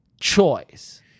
choice